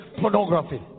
pornography